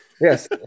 yes